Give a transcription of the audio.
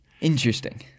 Interesting